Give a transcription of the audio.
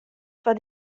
foar